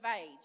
age